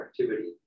activity